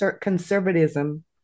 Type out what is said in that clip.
conservatism